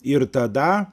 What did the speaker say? ir tada